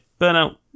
Burnout